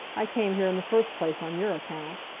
i came here in the first place on your account.